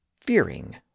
Fearing